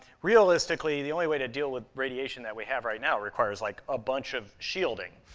realistically, the only way to deal with radiation that we have right now requires, like, a bunch of shielding,